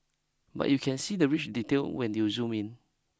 but you can see the rich detail when you zoom in